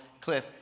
cliff